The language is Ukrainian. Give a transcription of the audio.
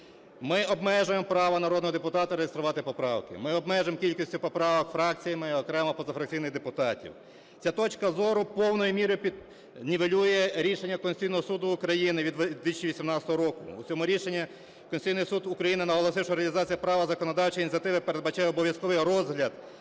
Ми обмежуємо право народного депутата реєструвати поправки, ми обмежуємо кількість поправок фракціями і окремо позафракційних депутатів. Ця точка зору повною мірою нівелює рішення Конституційного Суду України від 2018 року. В цьому рішенні Конституційний Суд України наголосив, що реалізація права законодавчої ініціативи передбачає обов'язковий розгляд